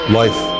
life